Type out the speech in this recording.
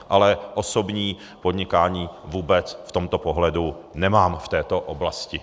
Ale osobní podnikání vůbec v tomto pohledu nemám v této oblasti.